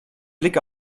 blick